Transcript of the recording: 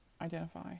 identify